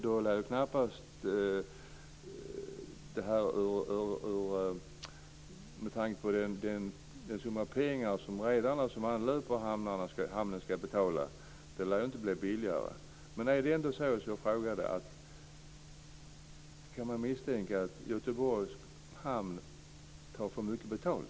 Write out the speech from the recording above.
Den summa pengar som redarna som anlöper hamnen ska betala lär då knappast bli mindre. Är det ändå så, som jag frågade, att man kan misstänka att Göteborgs hamn tar för mycket betalt?